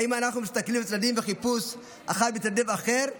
האם אנו מסתכלים לצדדים בחיפוש אחר מתנדב אחר,